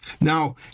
Now